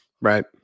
Right